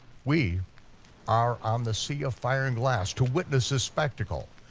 we are on the sea of fire and glass to witness this spectacle.